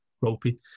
ropey